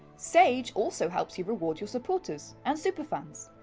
sage also helps you reward your supporters and super fans,